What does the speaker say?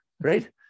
right